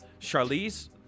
Charlize